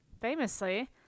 Famously